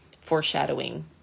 foreshadowing